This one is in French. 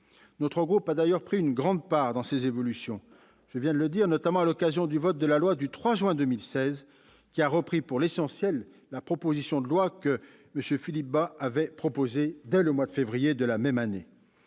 Notre groupe a d'ailleurs eu une grande part dans ces évolutions, notamment à l'occasion du vote de la loi du 3 juin 2016, laquelle reprenait, pour l'essentiel, la proposition de loi que M. Philippe Bas avait déposée dès le mois de février de la même année.